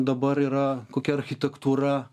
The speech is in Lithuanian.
dabar yra kokia architektūra